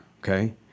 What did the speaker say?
okay